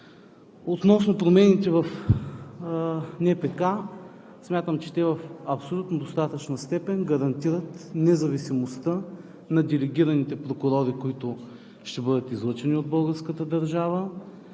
Относно промените в НПК. Смятам, че те в абсолютно достатъчна степен гарантират независимостта на делегираните прокурори, които ще бъдат излъчени от българската държава.